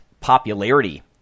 popularity